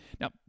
Now